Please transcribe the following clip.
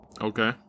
Okay